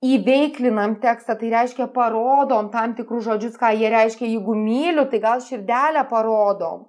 įveiklinam tekstą tai reiškia parodom tam tikrus žodžius ką jie reiškia jeigu myliu tai gal širdelę parodom